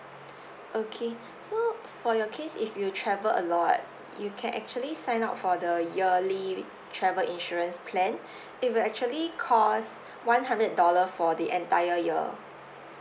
okay so for your case if you travel a lot you can actually sign up for the yearly travel insurance plan it will actually cost one hundred dollar for the entire year